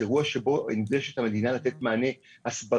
זה אירוע שבו נדרשת המדינה לתת מענה הסברתי,